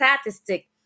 statistic